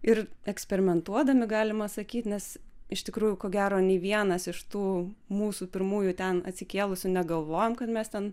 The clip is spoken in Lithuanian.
ir eksperimentuodami galima sakyt nes iš tikrųjų ko gero nei vienas iš tų mūsų pirmųjų ten atsikėlusių negalvojom kad mes ten